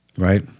right